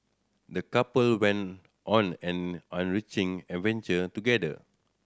the couple went on an enriching adventure together